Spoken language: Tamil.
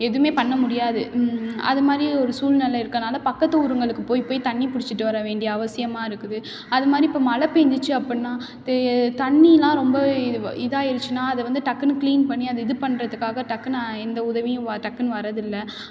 எதுவுமே பண்ண முடியாது அது மாதிரி ஒரு சூழ்நெல இருக்கறனால பக்கத்து ஊருங்களுக்கு போய் போய் தண்ணி பிடிச்சிட்டு வர வேண்டிய அவசியமாக இருக்குது அது மாதிரி இப்போ மழை பெஞ்சிச்சு அப்பிடின்னா தே தண்ணியெலாம் ரொம்பவே வ இதாயிருச்சுனால் அதை வந்து டக்குனு க்ளீன் பண்ணி அதை இது பண்ணுறத்துக்காக டக்குனு எந்த உதவியும் வ டக்குனு வரதில்லை